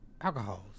alcohols